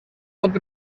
pot